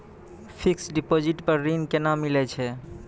Fixed deposit पर ऋण केना मिलै छै?